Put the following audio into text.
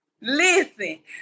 Listen